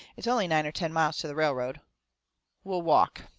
it's only nine or ten miles to the railroad we'll walk.